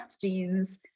genes